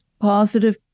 positive